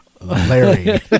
Larry